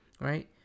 right